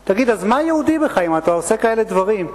תגיד, אז מה יהודי בך אם אתה עושה כאלה דברים?